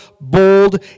bold